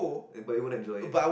and but you won't enjoy it